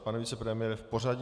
Pane vicepremiére, jste v pořadí.